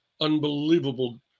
unbelievable